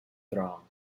throng